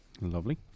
Lovely